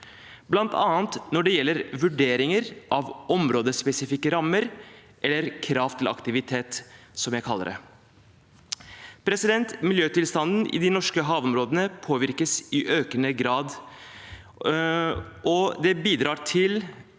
bl.a. når det gjelder vurde ringer av områdets spesifikke rammer eller krav til aktivitet, som jeg kaller det. Miljøtilstanden i de norske havområdene påvirkes i økende grad. Det bidrar til